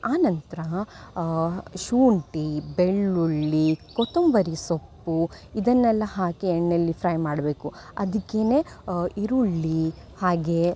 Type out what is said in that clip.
ಆನಂತರ ಶುಂಠಿ ಬೆಳ್ಳುಳ್ಳಿ ಕೊತ್ತಂಬರಿ ಸೊಪ್ಪು ಇದನ್ನೆಲ್ಲ ಹಾಕಿ ಎಣ್ಣೆಲ್ಲಿ ಫ್ರೈ ಮಾಡಬೇಕು ಅದಿಕ್ಕೇ ಈರುಳ್ಳಿ ಹಾಗೆ